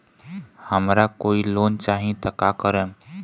हमरा कोई लोन चाही त का करेम?